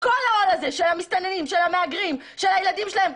של המסתננים של המהגרים של הילדים שלהם,